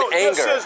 anger